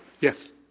yes